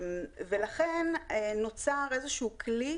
ולכן, ב-2015 נוצר כלי